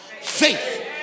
faith